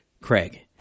Craig